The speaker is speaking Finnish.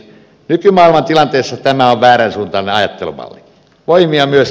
nykymaailman tilanteessa tämä on väärän suuntainen ajattelumalli